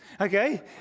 Okay